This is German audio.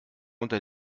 unter